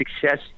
success